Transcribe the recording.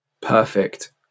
perfect